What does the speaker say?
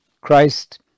Christ